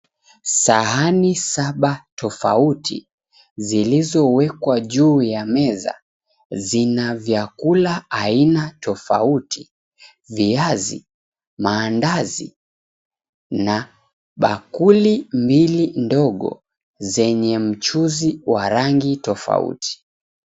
Sahani saba tofauti zilizowekwa juu ya meza zina vyakula aina tofauti. Viazi, mandazi na bakuli mbili ndogo zenye mchuzi wa rangi tofauti.